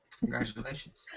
Congratulations